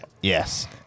Yes